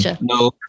no